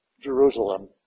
Jerusalem